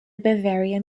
bavarian